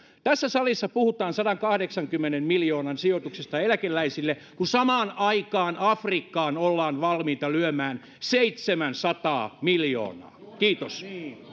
tässä salissa puhutaan sadankahdeksankymmenen miljoonan sijoituksesta eläkeläisille kun samaan aikaan afrikkaan ollaan valmiita lyömään seitsemänsataa miljoonaa kiitos